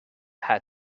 had